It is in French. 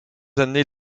années